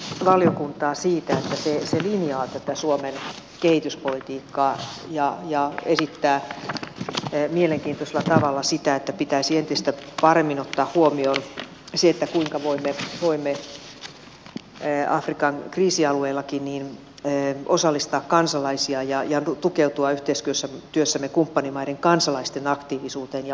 kiittäisin valiokuntaa siitä että se linjaa tätä suomen kehityspolitiikkaa ja esittää mielenkiintoisella tavalla että pitäisi entistä paremmin ottaa huomioon se kuinka voimme afrikan kriisialueillakin osallistaa kansalaisia ja tukeutua yhteistyössämme kumppanimaiden kansalaisten aktiivisuuteen ja omistajuuteen